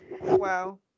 Wow